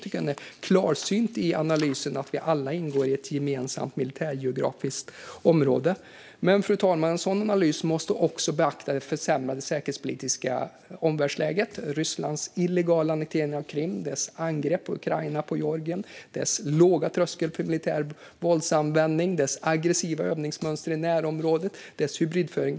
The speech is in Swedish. Den är klarsynt i analysen av att vi alla ingår i ett gemensamt militärgeografiskt område. En sådan analys måste dock också beakta det försämrade säkerhetspolitiska omvärldsläget: Rysslands illegala annektering av Krim, dess angrepp på Ukraina och Georgien, dess låga tröskel för militär våldsanvändning, dess aggressiva övningsmönster i närområdet och dess hybridkrigföring.